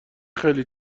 خیلی